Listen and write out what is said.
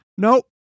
Nope